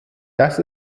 das